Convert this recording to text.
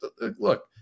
look